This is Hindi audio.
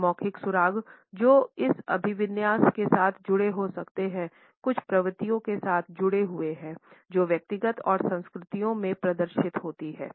गैर मौखिक सुराग जो इस अभिविन्यास के साथ जुड़े हो सकते हैंकुछ प्रवृत्तियाँ के साथ जुड़े हुए हैं जो व्यक्तिगत और संस्कृतियों में प्रदर्शित होती हैं